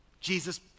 Jesus